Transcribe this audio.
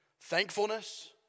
thankfulness